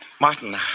Martin